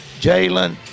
Jalen